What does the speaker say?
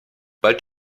bald